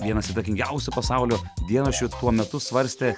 vienas įtakingiausių pasaulio dienraščių tuo metu svarstė